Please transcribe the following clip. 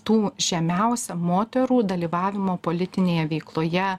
tų žemiausio moterų dalyvavimo politinėje veikloje